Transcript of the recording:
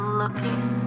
looking